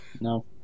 No